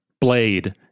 Blade